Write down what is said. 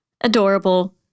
Adorable